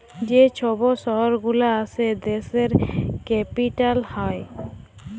যে ছব শহর গুলা আসে দ্যাশের ক্যাপিটাল হ্যয়